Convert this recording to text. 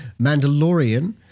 Mandalorian